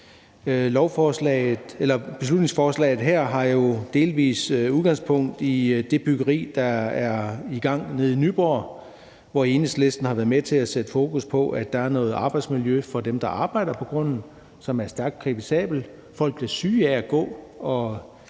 Beslutningsforslaget her har jo delvis udgangspunkt i det byggeri, der er i gang ved Nyborg, hvor Enhedslisten har været med til at sætte fokus på, at arbejdsmiljøet for dem, der arbejder på grunden, er stærkt kritisabelt. Folk bliver syge af at